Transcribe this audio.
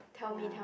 ya